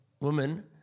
woman